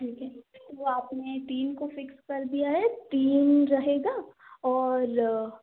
ठीक है तो आपने तीन को फिक्स कर दिया है तीन रहेगा और